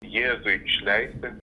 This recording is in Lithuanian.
jėzui išleisti